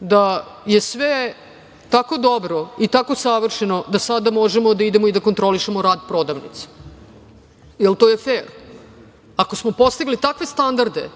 da je sve tako dobro i tako savršeno da sada možemo da idemo i da kontrolišemo rad prodavnica, jer to je fer. Ako smo postigli takve standarde